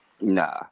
Nah